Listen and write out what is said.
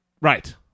Right